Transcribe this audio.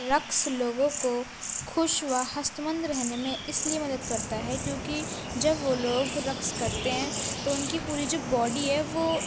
رقص لوگوں کو خوش وہ ہست مند رہنے میں اس لیے مدد کرتا ہے کیوں کہ جب وہ لوگ رقص کرتے ہیں تو ان کی پوری جو باڈی ہے وہ